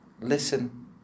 listen